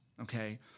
Okay